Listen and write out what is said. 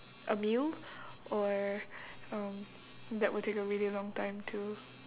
a meal or um that will take a really long time to